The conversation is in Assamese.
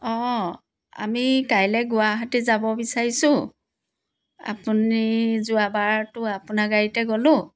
অঁ আমি কাইলৈ গুৱাহাটী যাব বিচাৰিছোঁ আপুনি যোৱাবাৰতো আপোনাৰ গাড়ীতে গলোঁ